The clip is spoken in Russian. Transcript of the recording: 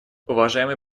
уважаемый